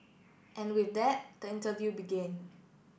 and with that the interview began